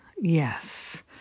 yes